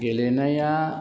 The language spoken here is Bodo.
गेलेनाया